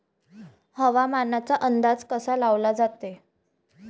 हवामानाचा अंदाज कसा लावला जाते?